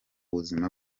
buzima